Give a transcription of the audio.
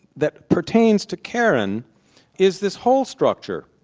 that pertains to karen is this whole structure.